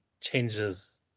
changes